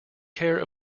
care